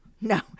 no